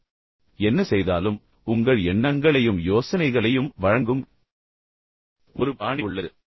பின்னர் ஒரு பாணி உள்ளது எனவே ஒட்டுமொத்தமாக நீங்கள் என்ன செய்தாலும் உங்கள் எண்ணங்களையும் யோசனைகளையும் வழங்கும் ஒரு பாணி உள்ளது